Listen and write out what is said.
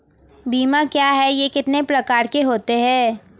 बीमा क्या है यह कितने प्रकार के होते हैं?